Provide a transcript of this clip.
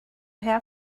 hair